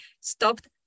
stopped